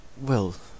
Well